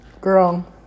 Girl